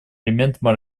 элементом